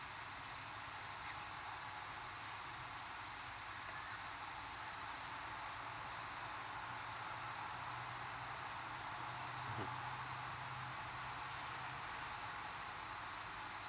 mmhmm